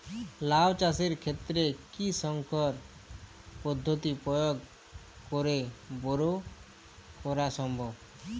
লাও চাষের ক্ষেত্রে কি সংকর পদ্ধতি প্রয়োগ করে বরো করা সম্ভব?